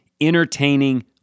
entertaining